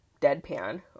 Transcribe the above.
Deadpan